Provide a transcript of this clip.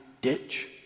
ditch